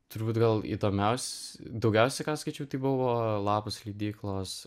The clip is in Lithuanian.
turbūt gal įdomiaus daugiausiai ką skaičiau tai buvo lapus leidyklos